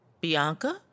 Bianca